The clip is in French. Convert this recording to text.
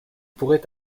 pourrait